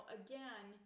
again